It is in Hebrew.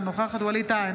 אינה נוכחת ווליד טאהא,